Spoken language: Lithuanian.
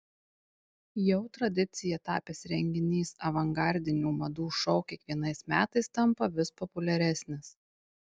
jau tradicija tapęs renginys avangardinių madų šou kiekvienais metais tampa vis populiaresnis